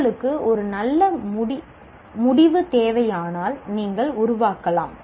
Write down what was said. உங்களுக்கு ஒரு நல்ல முடி தேவையானால் நீங்கள் உருவாக்கலாம்